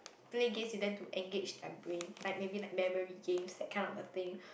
play games with them to engage their brain like maybe like memory games that kind of a thing